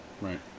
Right